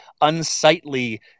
unsightly